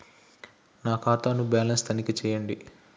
నా ఖాతా ను బ్యాలన్స్ తనిఖీ చేయండి?